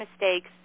mistakes